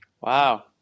Wow